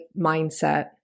mindset